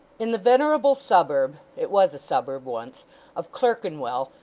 in the venerable suburb it was a suburb once of clerkenwell,